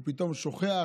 הוא פתאום שוכח,